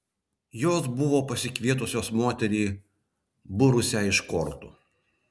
jos buvo pasikvietusios moterį būrusią iš kortų